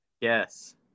Yes